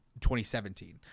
2017